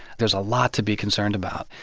there's a lot to be concerned about.